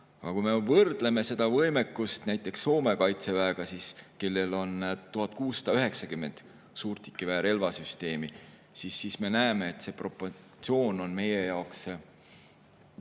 Kui me võrdleme seda võimekust näiteks Soome kaitseväega, kellel on 1690 suurtükiväe relvasüsteemi, siis me näeme, et see proportsioon on meie jaoks väga